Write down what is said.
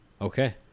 Okay